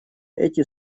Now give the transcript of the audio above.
эти